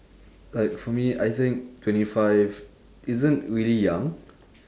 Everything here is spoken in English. like for me I think twenty five isn't really young